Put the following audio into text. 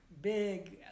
big